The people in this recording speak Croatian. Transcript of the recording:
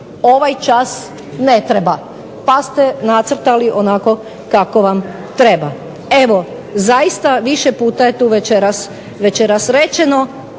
ovaj čas ne treba, pa ste nacrtali onako kako vam treba. Evo zaista više puta je tu večeras rečeno,